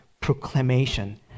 proclamation